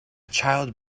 child